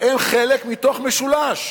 היא חלק מתוך משולש,